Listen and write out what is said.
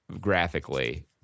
graphically